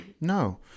No